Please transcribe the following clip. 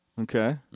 Okay